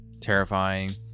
terrifying